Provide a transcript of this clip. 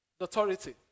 Authority